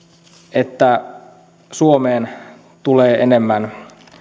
että suomeen tulee enemmän